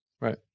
Right